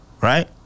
right